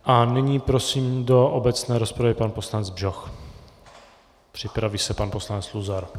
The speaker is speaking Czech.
A nyní prosím do obecné rozpravy pan poslanec Bžoch, připraví se pan poslanec Luzar.